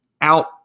out